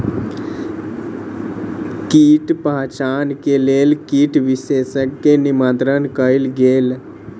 कीट पहचान के लेल कीट विशेषज्ञ के निमंत्रित कयल गेल